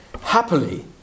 happily